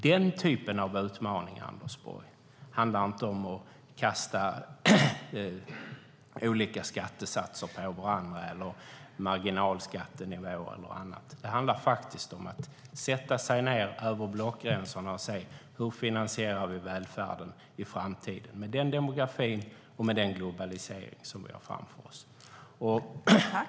Den typen av utmaningar, Anders Borg, handlar inte om att kasta olika skattesatser på varandra, eller marginalskattenivåer eller annat. Det handlar faktiskt om att sätta sig ned, över blockgränserna, och se: Hur finansierar vi välfärden i framtiden med den demografi och den globalisering som vi har framför oss.